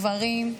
גברים,